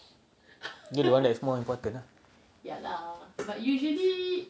do the one that is more important lah